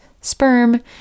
sperm